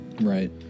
Right